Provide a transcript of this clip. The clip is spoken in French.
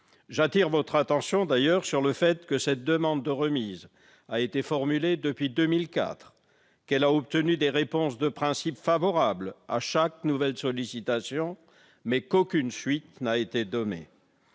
J'attire votre attention sur le fait que cette demande de remise a été formulée depuis 2004, qu'elle a obtenu des réponses de principe favorables à chaque nouvelle sollicitation, mais qu'aucune suite ne lui a